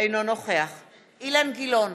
אינו נוכח אילן גילאון,